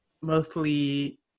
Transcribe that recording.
mostly